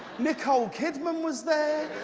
nicole kidman was there.